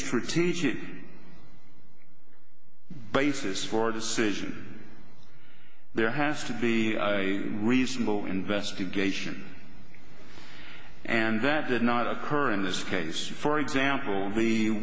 strategic basis for decision there has to be a reasonable investigation and that did not occur in this case for example the